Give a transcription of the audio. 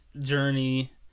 journey